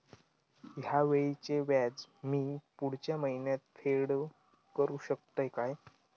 हया वेळीचे व्याज मी पुढच्या महिन्यात फेड करू शकतय काय?